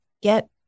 get